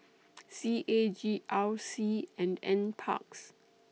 C A G R C and NParks